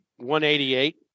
188